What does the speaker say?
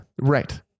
Right